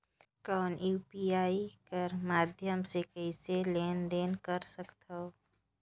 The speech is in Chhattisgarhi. कौन यू.पी.आई कर माध्यम से कइसे लेन देन कर सकथव?